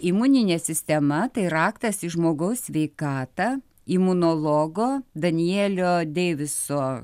imuninė sistema tai raktas į žmogaus sveikatą imunologo danielio deiviso